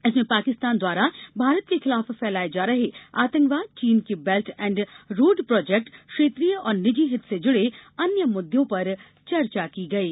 इसमें पाकिस्तान द्वारा भारत के खिलाफ फैलाए जा रहे आतंकवाद चीन के बेल्ट एंड रोड प्रोजेक्ट क्षेत्रीय और निजी हित से जुड़े अन्य मुद्दों पर चर्चा की गई